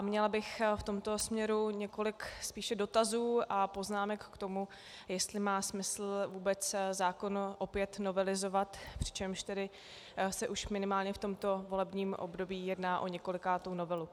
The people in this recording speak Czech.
Měla bych v tomto směru několik spíše dotazů a poznámek k tomu, jestli má smysl vůbec zákon opět novelizovat, přičemž tedy se už minimálně v tomto volebním období jedná o několikátou novelu.